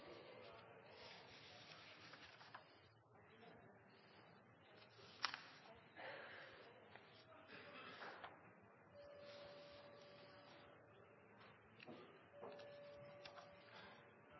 – Det